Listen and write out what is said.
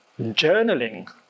journaling